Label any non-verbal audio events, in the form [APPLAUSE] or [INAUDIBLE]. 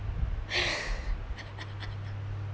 [LAUGHS]